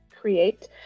create